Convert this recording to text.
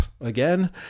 again